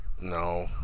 No